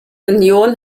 union